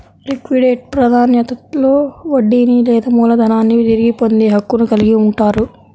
liquidate ప్రాధాన్యతలో వడ్డీని లేదా మూలధనాన్ని తిరిగి పొందే హక్కును కలిగి ఉంటారు